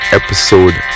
episode